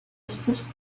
assist